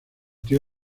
tío